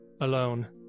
alone